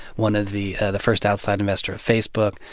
one of the the first outside investor of facebook.